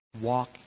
walk